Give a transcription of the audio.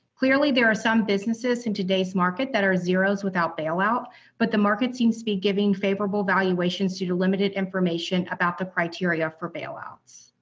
clearly there are some businesses in today's market that are zeros without bailout but the market seems to be giving favorable valuations due to limited information about the criteria for bailouts.